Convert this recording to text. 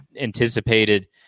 anticipated